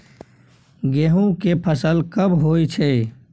गेहूं के फसल कब होय छै?